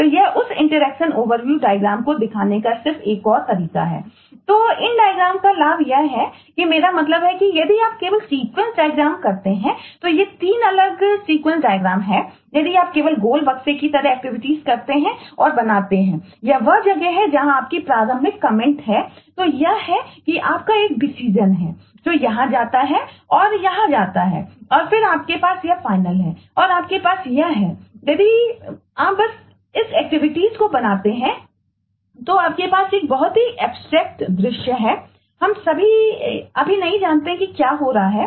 तो इन डायग्राम दृश्य है हम अभी नहीं जानते कि क्या हो रहा है